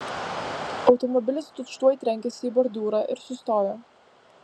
automobilis tučtuoj trenkėsi į bordiūrą ir sustojo